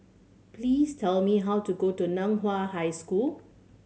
please tell me how to go to Nan Hua High School